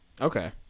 Okay